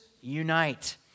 unite